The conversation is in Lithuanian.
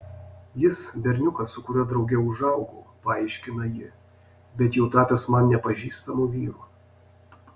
jis berniukas su kuriuo drauge užaugau paaiškina ji bet jau tapęs man nepažįstamu vyru